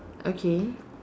okay